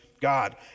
God